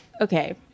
okay